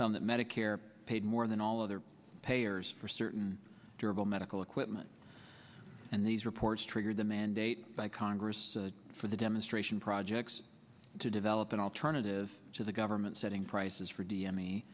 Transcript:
that medicare paid more than all other payers for certain durable medical equipment and these reports triggered the mandate by congress for the demonstration projects to develop an alternative to the government setting prices for d m